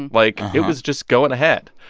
like, it was just going ahead.